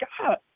God